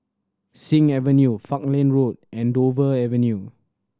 Sing Avenue Falkland Road and Dover Avenue